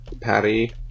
Patty